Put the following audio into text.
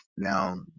Now